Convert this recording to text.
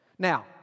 Now